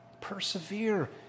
Persevere